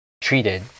treated